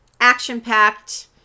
action-packed